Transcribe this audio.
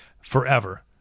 forever